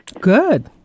Good